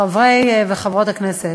חברי וחברות הכנסת,